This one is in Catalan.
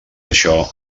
això